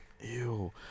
Ew